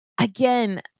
again